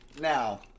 now